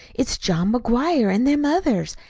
it's john mcguire and them others.